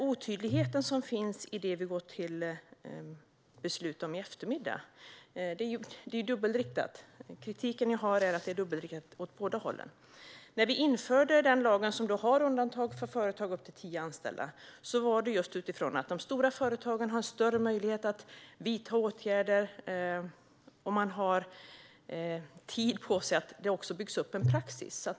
Otydligheten som finns i det vi går till beslut om i eftermiddag är alltså dubbelriktad. Kritiken jag har är riktad åt båda hållen. När vi införde den lag som har undantag för företag med upp till tio anställda var det utifrån att de stora företagen har större möjligheter att vidta åtgärder, och de har tid på sig att bygga upp en praxis.